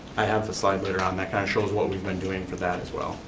i have the slide later on, that kind of shows what we've been doing for that as well.